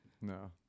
No